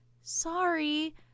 sorry